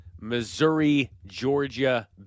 Missouri-Georgia